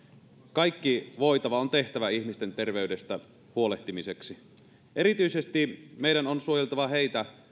kaikki voitava on tehtävä ihmisten terveydestä huolehtimiseksi erityisesti meidän on suojeltava heitä